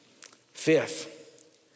fifth